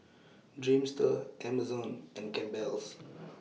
Dreamster Amazon and Campbell's